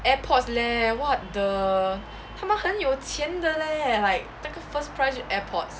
airpods leh what the 他们很有钱的 leh like like 那个 first prize 就 airpods